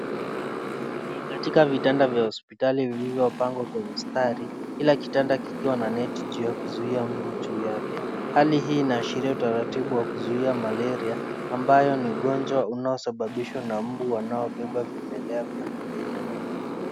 Ni katika vitanda vya hospitali vilivyopangwa kwa mistari. Kila kitanda kikiwa na neti juu ya kuzuia mbu juu yake. Hali hii inaashiria utaratibu wa kuzuia malaria ambayo ni ugonjwa unaosababishwa na mbu wanaobeba vimelea vya malaria.